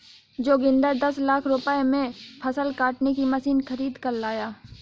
जोगिंदर दस लाख रुपए में फसल काटने की मशीन खरीद कर लाया